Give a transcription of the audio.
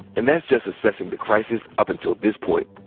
and that's just assessing the crisis up until this point.